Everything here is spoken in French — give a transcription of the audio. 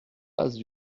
passe